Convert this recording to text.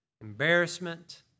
embarrassment